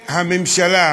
שנציגי הממשלה,